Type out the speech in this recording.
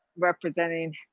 representing